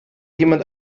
jemand